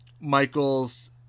Michaels